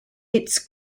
its